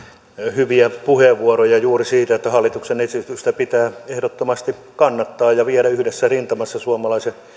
hyviä puheenvuoroja juuri siitä että hallituksen esitystä pitää ehdottomasti kannattaa ja viedä sitä yhdessä rintamassa suomalaisen